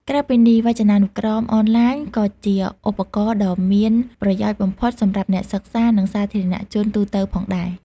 ក្រៅពីនេះ វចនានុក្រមអនឡាញ ក៏ជាឧបករណ៍ដ៏មានប្រយោជន៍បំផុតសម្រាប់អ្នកសិក្សា និងសាធារណជនទូទៅផងដែរ។